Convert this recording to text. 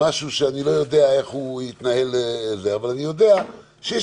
משהו שאני לא יודע איך הוא יתנהל אבל אני יודע שיש